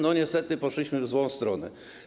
Niestety poszliśmy w złą stronę.